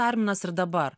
arminas ir dabar